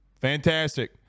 Fantastic